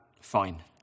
fine